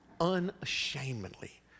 unashamedly